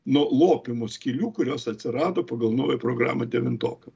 nuo lopymo skylių kurios atsirado pagal naują programą devintokam